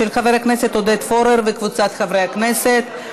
של חבר הכנסת עודד פורר וקבוצת חברי הכנסת.